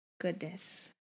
goodness